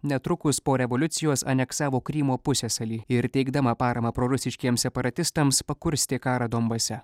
netrukus po revoliucijos aneksavo krymo pusiasalį ir teikdama paramą prorusiškiems separatistams pakurstė karą donbase